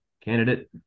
candidate